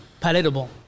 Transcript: Palatable